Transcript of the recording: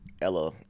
Ella